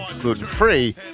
gluten-free